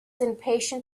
impatient